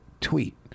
tweet